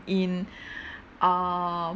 in err